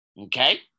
Okay